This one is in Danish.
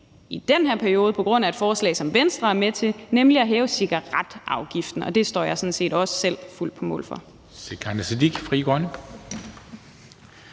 i den her periode, er et forslag, som Venstre var med til, nemlig at hæve cigaretafgiften. Og det står jeg sådan set også selv fuldt ud på mål for.